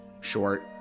short